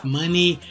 money